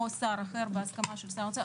או שר אחר בהסכמה של שר האוצר?